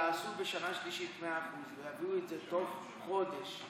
שיעשו בשנה השלישית 100%, ויעגנו את זה תוך חודש,